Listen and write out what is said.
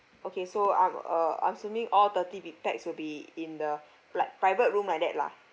okay so I'm uh I'm assuming all thirty be pax will be in the like private room like that lah